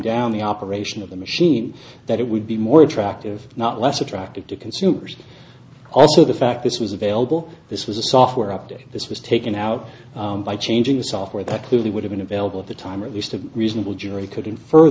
down the operation of the machine that it would be more attractive not less attractive to consumers also the fact this was available this was a software update this was taken out by changing the software that clearly would have been available at the time or at least a reasonable jury